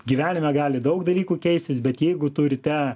gyvenime gali daug dalykų keisis bet jeigu tu ryte